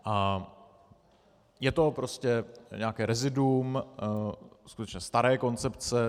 A je to prostě nějaké reziduum skutečně staré koncepce.